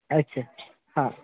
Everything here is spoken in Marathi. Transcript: अच्छा हां